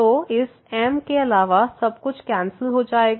तो इस m के अलावा सब कुछ कैंसिल हो जाएगा